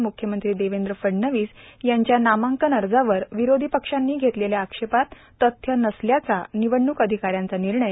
राज्याचे म्ख्यमंत्री देवेंद्र फडणवीस यांच्या नामांकन अर्जावर विरोधी पक्षांनी घेतलेल्या आक्षेपात तथ्य नसल्याचा निवडणूक अधिकाऱ्यांचा निर्णय